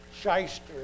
shyster